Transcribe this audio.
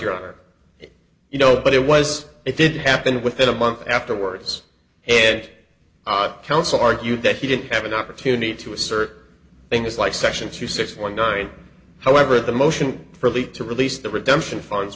your honor you know but it was it didn't happen within a month afterwards and i counsel argued that he didn't have an opportunity to assert things like section two six one nine i ever the motion for leave to release the redemption funds